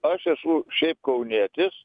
aš esu šiaip kaunietis